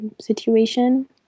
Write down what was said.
situation